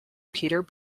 peter